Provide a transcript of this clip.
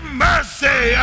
mercy